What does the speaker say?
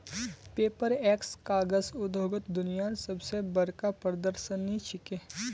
Paperex कागज उद्योगत दुनियार सब स बढ़का प्रदर्शनी छिके